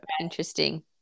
interesting